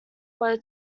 were